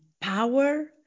power